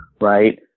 right